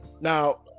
now